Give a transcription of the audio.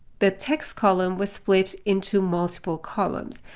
the text column, was split into multiple columns.